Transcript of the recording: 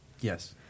Yes